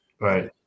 right